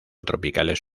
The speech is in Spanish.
tropicales